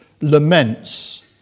laments